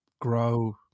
grow